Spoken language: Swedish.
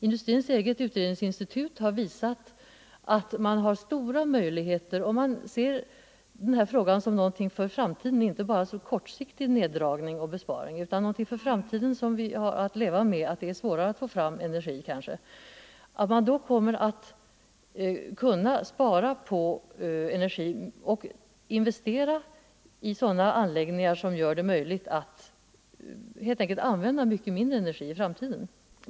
Industrins eget utredningsinstitut har visat att det finns stora möjligheter härvidlag om man ser den här frågan som någonting för framtiden och utgår från att vi har att leva med att det blir svårare att få fram energi. Har man den utgångspunkten och alltså inte bara tänker sig en kortsiktig neddragning och besparing kommer man att kunna spara på energin och investera i anläggningar som gör det möjligt att helt enkelt använda mycket mindre energi i framtiden.